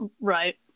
Right